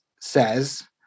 says